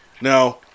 now